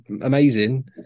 amazing